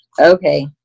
okay